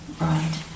right